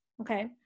okay